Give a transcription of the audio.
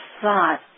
thought